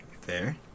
fair